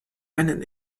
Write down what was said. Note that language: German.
einen